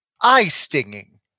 eye-stinging